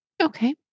Okay